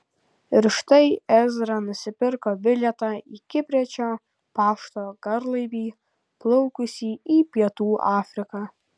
ir štai ezra nusipirko bilietą į kipriečio pašto garlaivį plaukusį į pietų afriką